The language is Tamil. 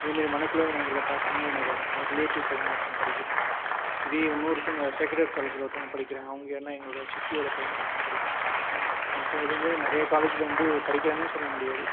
அதே மாதிரி மணக்குள விநாயகரில் பார்த்தீங்கனா என்னோடய ரிலேட்டிவ் பையன் ஒருத்தவன் படிக்கிறான் இதே இன்னொருத்தவங்கள் சேகரேட் காலேஜ்ஜில் ஒருத்தவங்க படிக்கிறாங்க அவங்க யாருனால் எங்களோடய சித்தியோடய பையன் ஒருத்தவன் படிக்கிறான் மற்ற இதே மாதிரி நிறைய காலேஜ்ஜில் வந்து படிக்கிறாங்கனு சொல்ல முடியாது